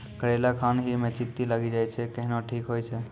करेला खान ही मे चित्ती लागी जाए छै केहनो ठीक हो छ?